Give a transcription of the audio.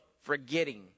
forgetting